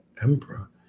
emperor